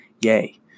Yay